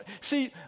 see